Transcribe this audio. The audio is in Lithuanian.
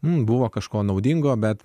buvo kažko naudingo bet